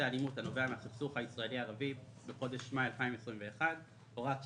אלימות הנובע מהסכסוך הישראלי-ערבי בחודש מאי 2021)(הוראת שעה),